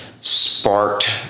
sparked